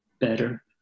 better